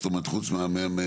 זאת אומרת חוץ מהמנהלת.